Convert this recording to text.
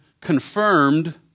confirmed